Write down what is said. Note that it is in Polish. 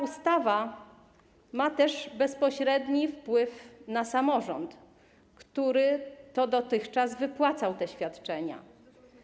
Ustawa ma też bezpośredni wpływ na samorządy, które dotychczas wypłacały te świadczenia.